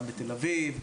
גם בתל אביב,